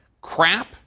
crap